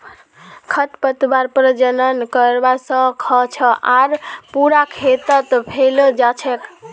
खरपतवार प्रजनन करवा स ख छ आर पूरा खेतत फैले जा छेक